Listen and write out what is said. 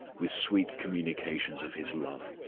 with sweet communications of his love